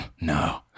No